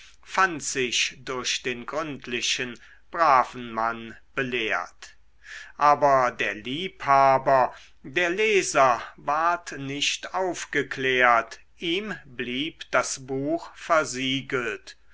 fand sich durch den gründlichen braven mann belehrt aber der liebhaber der leser ward nicht aufgeklärt ihm blieb das buch versiegelt